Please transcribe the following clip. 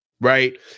right